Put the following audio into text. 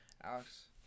Alex